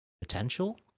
potential